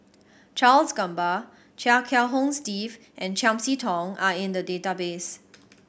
Charles Gamba Chia Kiah Hong Steve and Chiam See Tong are in the database